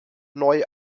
neu